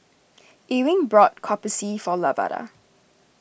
Ewing bought Kopi C for Lavada